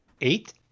Eight